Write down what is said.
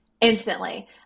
instantly